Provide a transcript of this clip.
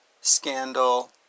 scandal